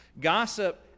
Gossip